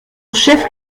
chef